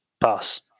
pass